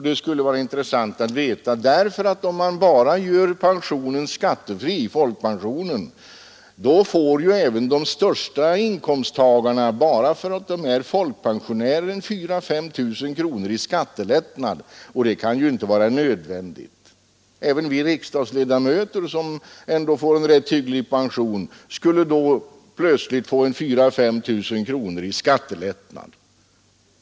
Det skulle vara intressant att veta, för om man bara gör folkpensionen skattefri får även de största inkomsttagarna, enbart därför att de är folkpensionärer, 4 000—5 000 kronor i skattelättnad, och det kan ju inte vara nödvändigt. Även vi riksdagsledamöter, som har en rätt hygglig pension, skulle då plötsligt få 4 000—-5 000 i skattelättnad.